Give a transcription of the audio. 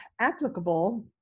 applicable